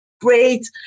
great